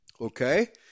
Okay